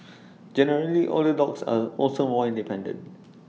generally older dogs are also more independent